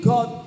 God